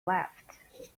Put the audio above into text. left